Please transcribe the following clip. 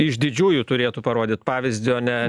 iš didžiųjų turėtų parodyt pavyzdį o ne